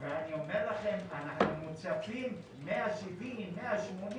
ואני אומר לכם, אנחנו מוצפים 170, 180